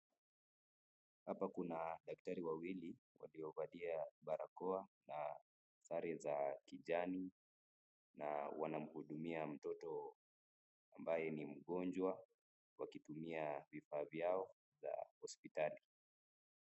Hapa kuna daktari wawili waliovalia barakoa na sare za kijani, na wanamhudumia mtoto ambaye ni mgonjwa, wakitumia vifaa vyao vya hospitali.